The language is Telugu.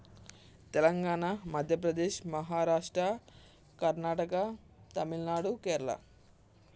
తెలంగాణ మధ్యప్రదేశ్ మహారాష్ట్ర కర్ణాటక తమిళనాడు కేరళ